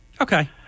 Okay